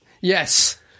yes